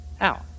out